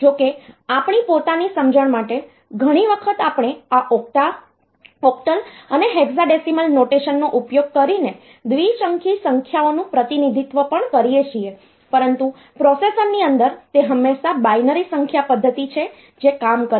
જો કે આપણી પોતાની સમજણ માટે ઘણી વખત આપણે આ ઓક્ટલ અને હેક્સાડેસિમલ નોટેશન નો ઉપયોગ કરીને દ્વિસંગી સંખ્યાઓનું પ્રતિનિધિત્વ પણ કરીએ છીએ પરંતુ પ્રોસેસરની અંદર તે હંમેશા બાઈનરી સંખ્યા પદ્ધતિ છે જે કામ કરે છે